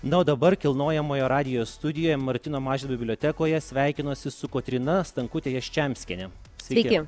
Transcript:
na o dabar kilnojamojo radijo studijoje martyno mažvydo bibliotekoje sveikinuosi su kotryna stankute jaščemskiene sveiki